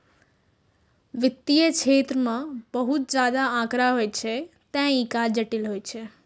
वित्तीय क्षेत्र मे बहुत ज्यादा आंकड़ा होइ छै, तें ई काज जटिल होइ छै